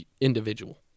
individual